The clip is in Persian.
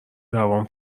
دعوام